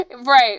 Right